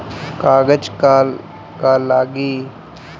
कागज का का लागी?